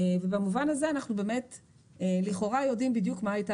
במובן הזה אנחנו לכאורה יודעים בדיוק מה הייתה